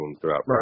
throughout